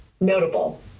notable